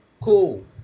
Cool